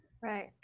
Right